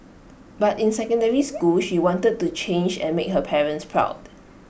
but in secondary school she wanted to change and make her parents proud